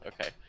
Okay